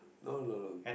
no no no